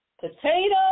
potato